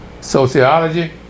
sociology